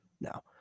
No